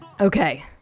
Okay